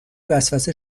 وسوسه